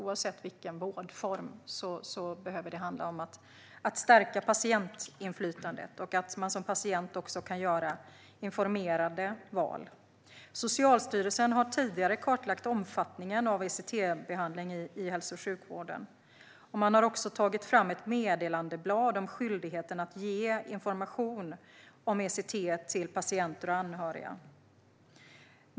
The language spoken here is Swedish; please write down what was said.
Oavsett vårdform behöver det handla om att stärka patientinflytandet och om att patienter kan göra informerade val. Socialstyrelsen har tidigare kartlagt omfattningen av ECT-behandling i hälso och sjukvården. Man har också tagit fram ett meddelandeblad om skyldigheten att ge information om ECT till patienter och anhöriga.